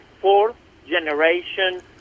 fourth-generation